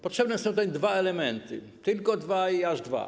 Potrzebne są dwa elementy, tylko dwa i aż dwa.